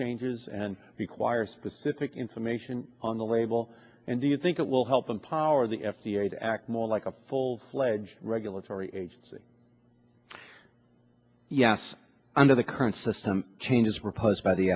changes and require specific information on the label and do you think it will help empower the f d a to act more like a full fledged regulatory agency yes under the current system changes riposte by the